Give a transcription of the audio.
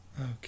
Okay